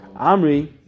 Amri